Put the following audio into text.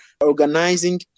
organizing